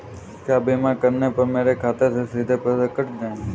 क्या बीमा करने पर मेरे खाते से सीधे पैसे कट जाएंगे?